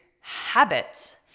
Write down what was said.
habits